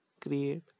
create